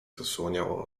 zasłaniało